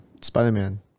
Spider-Man